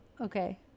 Okay